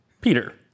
Peter